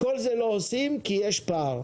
את כל זה לא עושים כי יש פער.